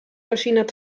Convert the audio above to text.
verschiedener